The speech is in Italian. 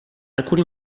alcuni